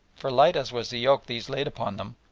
for light as was the yoke these laid upon them,